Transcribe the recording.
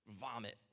vomit